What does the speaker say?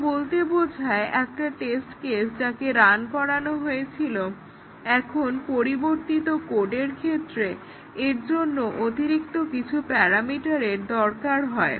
এটা বলতে বোঝায় একটা টেস্ট কেস যাকে রান করানো হয়েছিল এখন পরিবর্তিত কোডের ক্ষেত্রে এর জন্য অতিরিক্ত কিছু প্যারামিটারের দরকার হয়